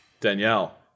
Danielle